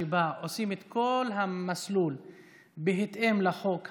שבה עושים את כל המסלול בהתאם לחוק הקיים,